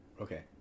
Okay